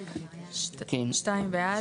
הצבעה בעד,